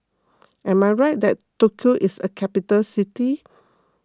am I right that Tokyo is a capital city